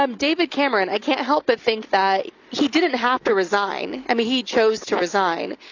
um david cameron, i can't help but think that he didn't have to resign. i mean he chose to resign.